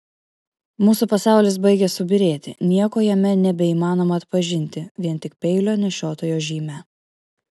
mūsų pasaulis baigia subyrėti nieko jame nebeįmanoma atpažinti vien tik peilio nešiotojo žymę